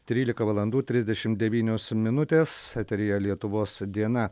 trylika valandų trisdešim devynios minutės eteryje lietuvos diena